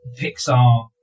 Pixar